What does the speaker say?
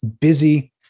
busy